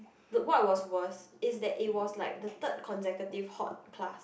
the what was worst is that it was like the third consecutive hot class